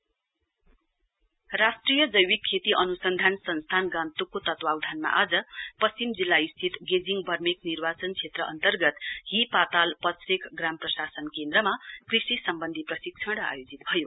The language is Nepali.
ट्रेनिङ प्रोग्राम राष्ट्रिय जैविक खेती अनुसन्धान संस्थान गान्तोकको तत्वावधानमा आज पश्चिम जिल्ला स्थित गेजिङ बर्मेक निर्वाचन क्षेत्र अन्तर्गत ही पातल पचरेक ग्राम प्रशासन केन्द्रमा कृषि सम्वन्धी प्रशिक्षण आयोजित भयो